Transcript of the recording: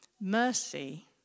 Mercy